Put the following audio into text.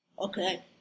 Okay